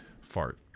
Fart